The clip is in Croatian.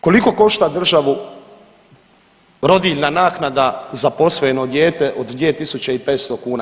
Koliko košta državu rodiljna naknada za posvojeno dijete od 2.500 kn?